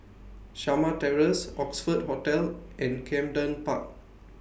Shamah Terrace Oxford Hotel and Camden Park